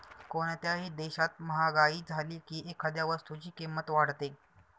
कोणत्याही देशात महागाई झाली की एखाद्या वस्तूची किंमत वाढते